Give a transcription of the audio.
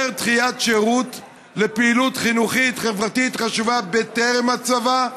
דחיית שירות לפעילות חינוכית-חברתית חשובה בטרם הצבא?